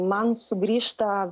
man sugrįžta